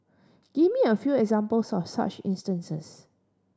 give me a few examples of such instances